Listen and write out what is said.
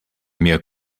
mir